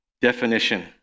definition